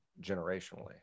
generationally